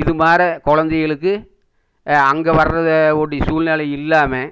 இது மாதிரி குழந்தைகளுக்கு அங்கே வர்றதை ஒட சூழ்நிலை இல்லாமல்